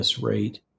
rate